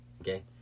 Okay